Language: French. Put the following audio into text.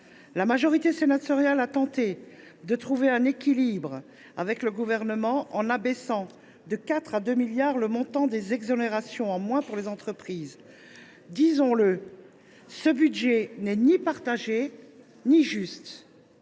La majorité sénatoriale a tenté de trouver un équilibre avec le Gouvernement en abaissant de 4 milliards à 2 milliards d’euros le montant des exonérations en moins pour les entreprises. Disons le, ce budget n’est ni partagé ni juste.